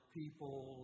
people